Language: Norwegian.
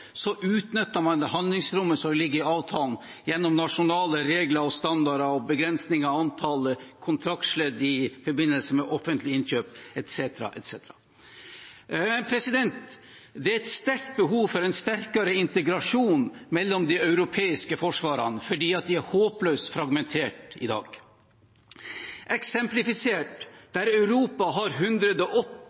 så utnytter man det handlingsrommet som ligger i avtalen – gjennom nasjonale regler, standarder, begrensninger, antallet kontraktsledd i forbindelse med offentlige innkjøp etc. Det er et sterkt behov for en sterkere integrasjon mellom de europeiske forsvarene, fordi de er håpløst fragmentert i dag. Eksemplifisert: Der Europa har